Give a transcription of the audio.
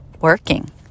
working